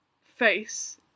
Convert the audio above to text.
face